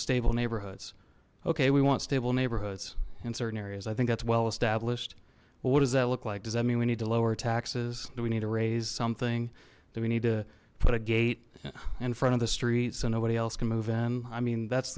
stable neighborhoods okay we want stable neighborhoods in certain areas i think that's well established well what does that look like does that mean we need to lower our taxes do we need to raise something do we need to put a gate in front of the street so nobody else can move in i mean that's